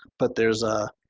but there's